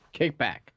Kickback